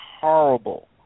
horrible